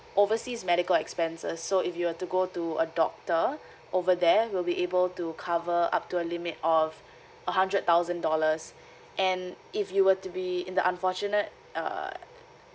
overseas medical expenses so if you were to go to a doctor over there we'll be able to cover up to a limit of a hundred thousand dollars and if you were to be in the unfortunate err